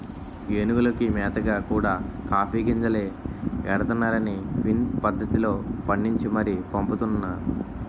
ఏనుగులకి మేతగా కూడా కాఫీ గింజలే ఎడతన్నారనీ క్విన్ పద్దతిలో పండించి మరీ పంపుతున్నా